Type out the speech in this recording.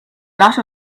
lot